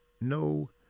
no